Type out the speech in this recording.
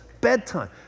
bedtime